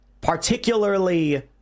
particularly